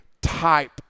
type